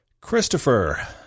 Christopher